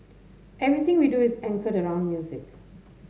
everything we do is anchored around music